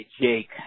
Jake